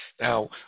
Now